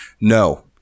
no